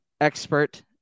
expert